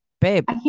babe